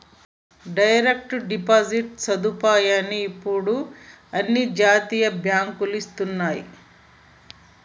direct deposit సదుపాయాన్ని ఇప్పుడు అన్ని జాతీయ బ్యేంకులూ ఇస్తన్నయ్యి